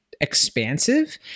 expansive